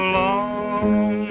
long